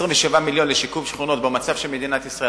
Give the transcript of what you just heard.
27 מיליון לשיקום שכונות במצב של מדינת ישראל,